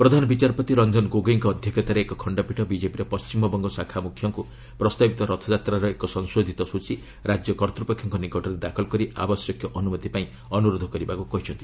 ପ୍ରଧାନ ବିଚାରପତି ରଞ୍ଜନ ଗୋଗୋଇଙ୍କ ଅଧ୍ୟକ୍ଷତାରେ ଏକ ଖଣ୍ଡପୀଠ ବିଜେପିର ପଣ୍ଟିମବଙ୍ଗ ଶାଖା ମ୍ରଖ୍ୟଙ୍କ ପ୍ରସ୍ତାବିତ ରଥାଯାତ୍ରାର ଏକ ସଂଶୋଧିତ ସ୍ୱଚୀ ରାଜ୍ୟ କର୍ତ୍ତପକ୍ଷଙ୍କ ନିକଟରେ ଦାଖଲ କରି ଆବଶ୍ୟକୀୟ ଅନୁମତିପାଇଁ ଅନୁରୋଧ କରିବାକୁ କହିଛନ୍ତି